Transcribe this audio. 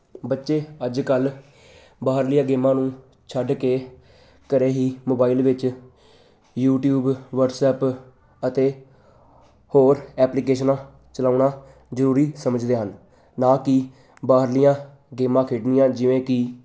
ਬੱਚੇ ਅੱਜ ਕੱਲ੍ਹ ਬਾਹਰਲੀਆਂ ਗੇਮਾਂ ਨੂੰ ਛੱਡ ਕੇ ਘਰੇ ਹੀ ਮੋਬਾਈਲ ਵਿੱਚ ਯੂਟਿਊਬ ਵਟਸਐਪ ਅਤੇ ਹੋਰ ਐਪਲੀਕੇਸ਼ਨਾਂ ਚਲਾਉਣਾ ਜ਼ਰੂਰੀ ਸਮਝਦੇ ਹਨ ਨਾ ਕਿ ਬਾਹਰਲੀਆਂ ਗੇਮਾਂ ਖੇਡਣੀਆਂ ਜਿਵੇਂ ਕਿ